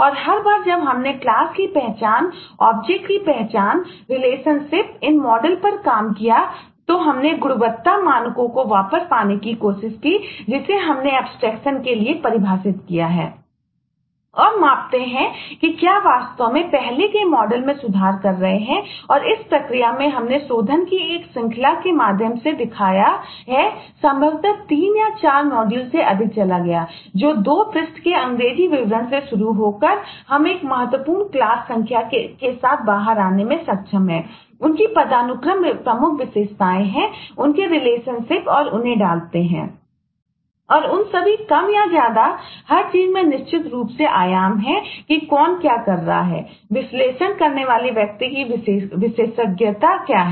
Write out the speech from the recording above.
और मापते हैं कि क्या हम वास्तव में पहले के मॉडल और उन्हें डालते हैं और उन सभी कम या ज्यादा हर चीज में निश्चित रूप से आयाम हैं कि कौन क्या कर रहा है विश्लेषण करने वाले व्यक्ति की विशेषज्ञता क्या है